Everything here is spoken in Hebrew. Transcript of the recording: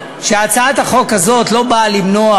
שהצעת החוק הזאת לא באה למנוע